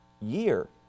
year